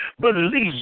believe